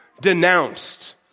denounced